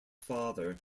father